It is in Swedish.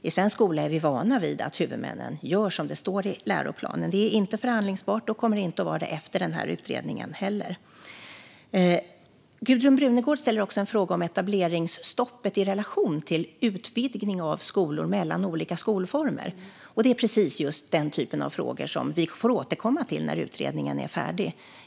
I svensk skola är vi vana vid att huvudmännen gör som det står i läroplanen; det är inte förhandlingsbart och kommer inte att vara det efter den här utredningen heller. Gudrun Brunegård ställer en fråga om etableringsstoppet i relation till utvidgning av skolor mellan olika skolformer. Det är precis den typen av frågor vi får återkomma till när utredningen är färdig.